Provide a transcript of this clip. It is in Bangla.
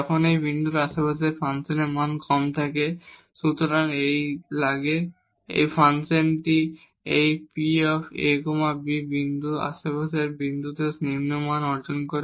যখন এই বিন্দুর আশেপাশে ফাংশনের মান কম থাকে সুতরাং ফাংশনটি এই P a b বিন্দুর আশেপাশের বিন্দুতে নিম্ন মান অর্জন করে